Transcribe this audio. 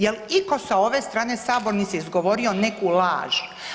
Jel iko sa ove strane sabornice izgovorio neku laž?